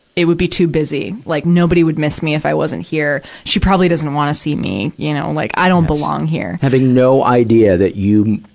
it would be too busy. like, nobody would miss me if i wasn't here. she probably doesn't wanna see me. you know, like, i don't belong here. having no idea that you,